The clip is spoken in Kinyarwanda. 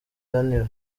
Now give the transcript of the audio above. daniel